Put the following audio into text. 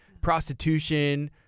prostitution